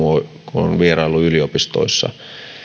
kun olen vieraillut yliopistoissa